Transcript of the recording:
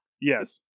Yes